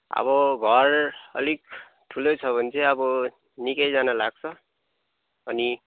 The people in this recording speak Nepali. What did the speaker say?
अब घर अलिक ठुलै छ भने चाहिँ अब निकैजना लाग्छ अनि